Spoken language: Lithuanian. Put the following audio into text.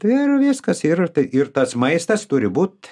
tai ir viskas ir tai ir tas maistas turi būt